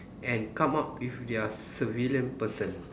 and come up with their supervillain person